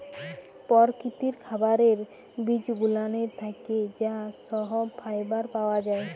পরকিতির খাবারের বিজগুলানের থ্যাকে যা সহব ফাইবার পাওয়া জায়